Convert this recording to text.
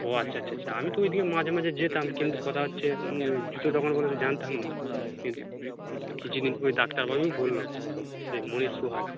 ও আচ্ছা আচ্ছা আচ্ছা আমি তো ওই দিকে মাঝে মাঝে যেতাম কিন্তু কথা হচ্ছে ওই জুতো দোকান বলে তো জানতাম না কিছু দিন পরে ডাক্তারবাবুই বলল যে মণীশ শ্যু হাউস